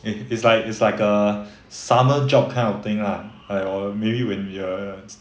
eh it's like is like a summer job kind of thing ah like or maybe when we are